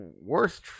worst